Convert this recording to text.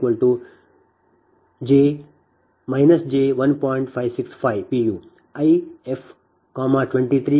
565j pu I f 23 j0